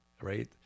right